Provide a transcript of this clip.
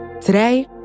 Today